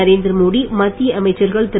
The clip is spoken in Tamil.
நரேந்திர மோடி மத்திய அமைச்சர்கள் திரு